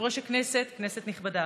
יושב-ראש הכנסת, כנסת נכבדה,